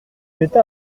jeta